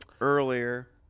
earlier